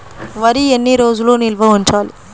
వరి ఎన్ని రోజులు నిల్వ ఉంచాలి?